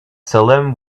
salem